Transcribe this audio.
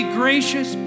gracious